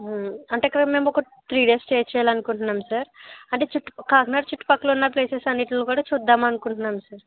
అంటే అక్కడ మేము ఒక త్రీ డేస్ స్టే చేయాలని అనుకుంటున్నాము సార్ అంటే చుట్టు కాకినాడ చుట్టుపక్కల ఉన్న ప్లేసెస్ అన్నిటిని కూడా చూద్దామని అనుకుంటున్నాను సార్